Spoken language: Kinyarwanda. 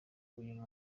uyu